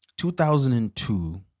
2002